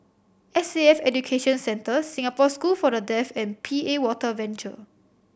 S A F Education Centre Singapore School for The Deaf and P A Water Venture